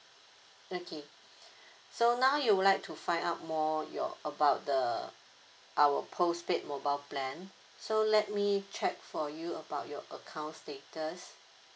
okay so now you would like to find out more your about the our postpaid mobile plan so let me check for you about your account status